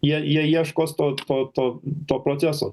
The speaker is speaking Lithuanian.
jie jie ieškos to to to to proceso